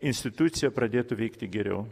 institucija pradėtų veikti geriau